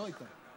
לא היית.